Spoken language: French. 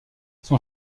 son